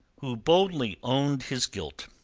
who boldly owned his guilt.